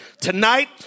tonight